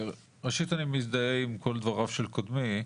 ראשית, אני מזדהה עם דבריו של קודמי.